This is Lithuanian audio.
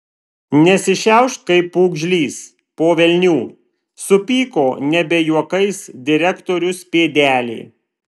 nesišiaušk kaip pūgžlys po velnių supyko nebe juokais direktorius pėdelė